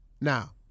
Now